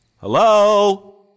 Hello